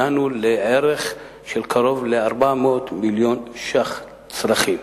הגענו לערך של קרוב ל-400 מיליון שקלים צרכים.